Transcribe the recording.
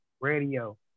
Radio